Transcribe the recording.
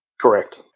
Correct